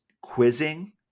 quizzing